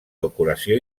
decoració